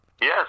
Yes